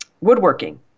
woodworking